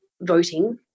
voting